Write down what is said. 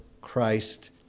Christ